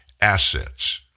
assets